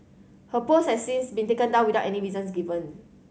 her post has since been taken down without any reasons given